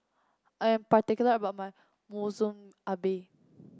I am particular about my Monsunabe